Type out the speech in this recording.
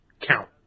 count